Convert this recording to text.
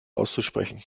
auszusprechen